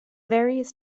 various